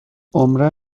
عمرا